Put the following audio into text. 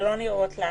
שלא נראות לעין,